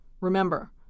Remember